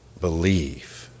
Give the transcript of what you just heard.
believe